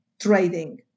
trading